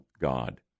God